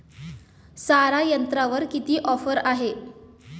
सारा यंत्रावर किती ऑफर आहे?